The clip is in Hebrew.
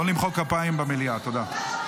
לא למחוא כפיים במליאה, תודה.